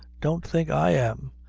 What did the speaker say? don't think i am.